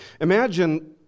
Imagine